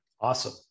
Awesome